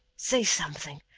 say something.